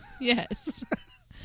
Yes